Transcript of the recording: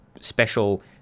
special